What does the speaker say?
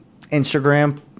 Instagram